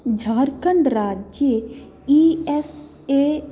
झार्खण्ड् राज्ये E S ए